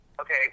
okay